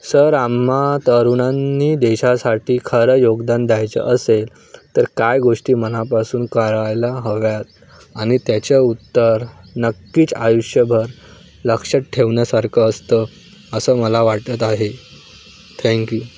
sir आम्हा तरुणांनी देशासाठी खरं योगदान द्यायचं असेल तर काय गोष्टी मनापासून करायला हव्यात आणि त्याच्या उत्तर नक्कीच आयुष्यभर लक्षात ठेवण्यासारखं असतं असं मला वाटत आहे थँक्यू